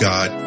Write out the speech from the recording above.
God